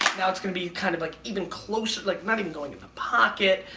now it's gonna be kind of like even closer, like not even going in the pocket.